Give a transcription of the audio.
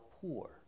poor